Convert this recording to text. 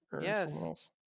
Yes